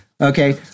Okay